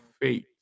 faith